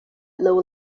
low